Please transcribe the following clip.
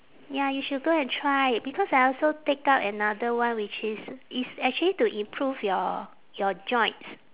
ya you should go and try because I also take up another one which is it's actually to improve your your joints